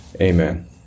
Amen